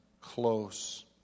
close